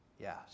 Yes